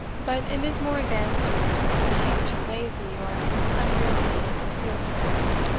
but, in his more advanced years, as he became too lazy or unwieldy for field-sports,